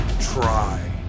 try